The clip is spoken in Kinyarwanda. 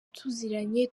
tuziranye